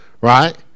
right